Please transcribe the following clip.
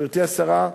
גברתי השרה,